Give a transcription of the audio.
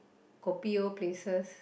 kopi O places